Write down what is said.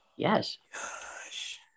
Yes